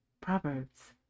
Proverbs